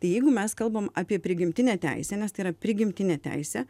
tai jeigu mes kalbam apie prigimtinę teisę nes tai yra prigimtinė teisė